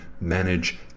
manage